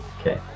Okay